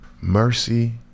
mercy